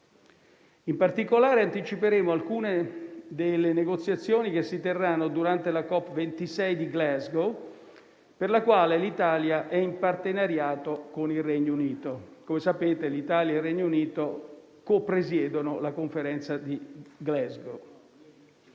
In particolare, anticiperemo alcune delle negoziazioni che si terranno durante la COP26 di Glasgow, per la quale l'Italia è in partenariato con il Regno Unito. Come sapete, infatti, l'Italia e il Regno Unito copresiedono la Conferenza di Glasgow.